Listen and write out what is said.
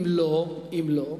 אם לא, אם לא,